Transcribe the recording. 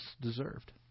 deserved